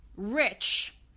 Rich